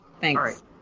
Thanks